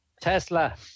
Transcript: Tesla